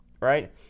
right